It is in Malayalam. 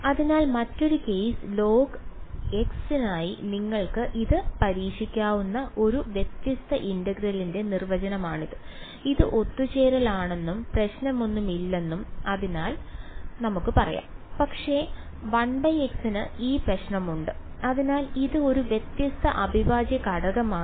അതിനാൽ മറ്റൊരു കേസ് log നായി നിങ്ങൾക്ക് ഇത് പരീക്ഷിക്കാവുന്ന ഒരു വ്യത്യസ്ത ഇന്റഗ്രലിന്റെ നിർവചനമാണിത് ഇത് ഒത്തുചേരലാണെന്നും പ്രശ്നമൊന്നുമില്ലെന്നും അതിനാൽ ശരിയാണ് പക്ഷേ 1x ന് ഈ പ്രശ്നമുണ്ട് അതിനാൽ ഇത് ഒരു വ്യത്യസ്ത അവിഭാജ്യഘടകമാണ്